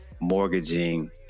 mortgaging